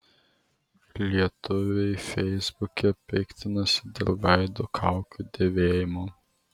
lietuviai feisbuke piktinasi dėl veido kaukių dėvėjimo